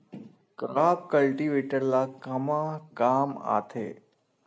Crop cultivator ला कमा काम आथे?